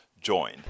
join